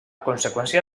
conseqüència